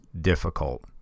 difficult